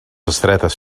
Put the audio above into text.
estretes